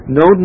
no